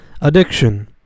Addiction